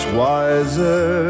wiser